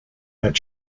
that